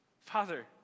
Father